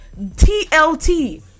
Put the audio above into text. TLT